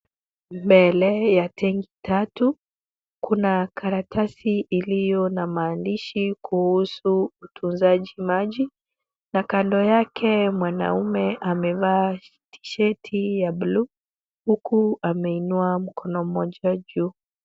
Mbele ya tenki tatu, kuna karatasi iliyo na maandishi kuhusu utunzaji mazi na kando yake mwanaume amevaa tsheti ya blue , huku ameinua mkono mmoja juu.